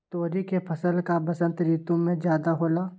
तोरी के फसल का बसंत ऋतु में ज्यादा होला?